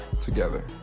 together